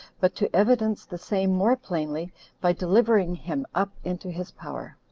but to evidence the same more plainly by delivering him up into his power.